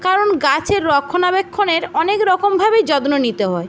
কারণ গাছের রক্ষণাবেক্ষণের অনেক রকমভাবেই যত্ন নিতে হয়